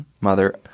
mother